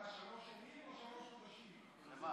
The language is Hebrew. אתה שלוש שנים או שלושה ימים?